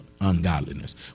ungodliness